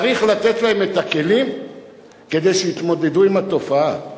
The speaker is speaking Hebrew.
צריך לתת להם את הכלים כדי שיתמודדו עם התופעות,